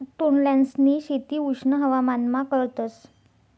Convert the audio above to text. तोंडल्यांसनी शेती उष्ण हवामानमा करतस